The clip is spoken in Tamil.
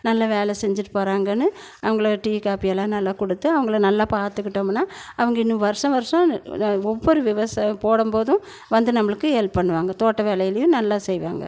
நல்ல வேலை செஞ்சிட்டு போறாங்கன்னு அவங்கள டீ காபியெல்லாம் நல்லா கொடுத்து அவங்கள நல்லா பார்த்துக்கிட்டோம்னா அவங்க இன்னும் வர்ஷம் வர்ஷம் ஒவ்வொரு விவசாயம் போடும்போதும் வந்து நம்மளுக்கு ஹெல்ப் பண்ணுவாங்க தோட்டவேலைலியும் நல்ல செய்வாங்க